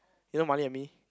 you know marley-and-me